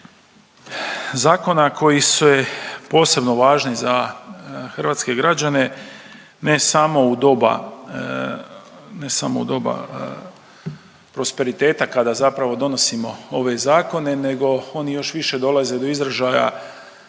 čitanje zakona koji su posebno važni za hrvatske građane, ne samo u doba, ne samo u doba prosperiteta kada zapravo donosimo ove zakone nego oni još više dolaze do izražaja